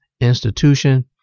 institution